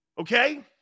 Okay